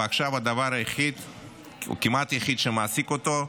ועכשיו הדבר היחיד או כמעט היחיד שמעסיק אותו,